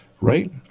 right